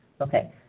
Okay